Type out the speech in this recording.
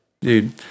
dude